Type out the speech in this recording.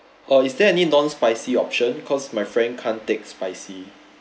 or is there any non spicy option because my friend can take spicy